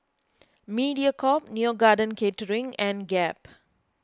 Mediacorp Neo Garden Catering and Gap